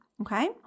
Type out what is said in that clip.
okay